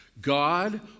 God